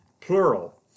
Plural